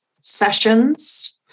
sessions